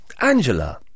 Angela